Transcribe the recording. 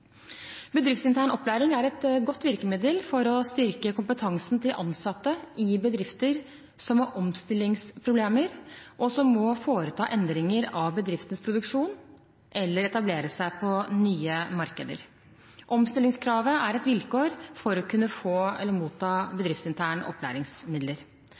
Bedriftsintern opplæring er et godt virkemiddel for å styrke kompetansen til ansatte i bedrifter som har omstillingsproblemer, og som må foreta endringer av bedriftens produksjon eller etablere seg på nye markeder. Omstillingskravet er et vilkår for å kunne